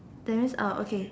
that means uh okay